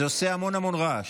זה עושה המון המון רעש.